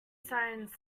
sirens